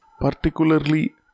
particularly